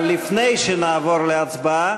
לפני שנעבור להצבעה,